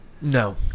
No